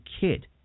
kid